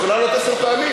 היא יכולה לעלות עשר פעמים.